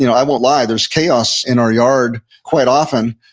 you know i won't lie, there's chaos in our yard quite often,